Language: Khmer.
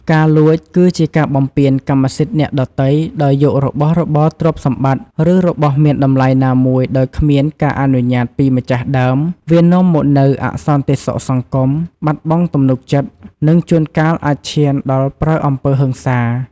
ការលួច គឺជាការបំពានកម្មសិទ្ធិអ្នកដទៃដោយយករបស់របរ ទ្រព្យសម្បត្តិ ឬរបស់មានតម្លៃណាមួយដោយគ្មានការអនុញ្ញាតពីម្ចាស់ដើម វានាំមកនូវអសន្តិសុខសង្គម បាត់បង់ទំនុកចិត្ត និងជួនកាលអាចឈានដល់ប្រើអំពើហិង្សា។